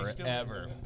forever